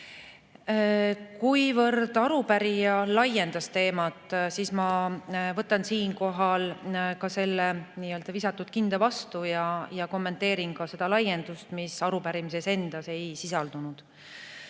Kuivõrd arupärija laiendas teemat, siis ma võtan siinkohal selle nii-öelda visatud kinda vastu ja kommenteerin ka seda laiendust, mis arupärimises endas ei sisaldunud. Te